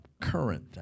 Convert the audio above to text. current